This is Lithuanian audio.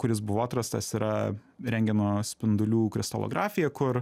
kuris buvo atrastas yra rentgeno spindulių kristalografija kur